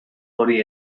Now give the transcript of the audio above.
hori